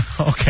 Okay